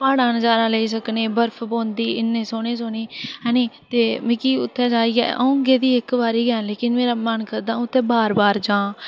प्हाड़ा दा नज़ारा लेई सकने बर्फ पौंदी इन्नी सोह्नी सोह्नी हैंनीं ते मिगी इत्थै जाइयै आई गेदी इक्कै बारी ग लेकिन मेरा मन करदा इत्थै बार बार जां